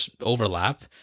overlap